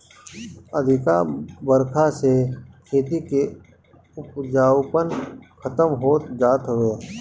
अधिका बरखा से खेती के उपजाऊपना खतम होत जात हवे